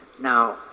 Now